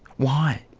why?